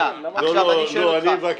עכשיו אני שואל אותך --- אני מבקש.